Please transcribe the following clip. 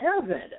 heaven